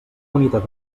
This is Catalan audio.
unitat